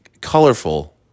colorful